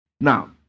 Now